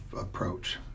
approach